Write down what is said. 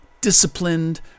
disciplined